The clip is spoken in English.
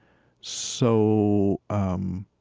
so, um,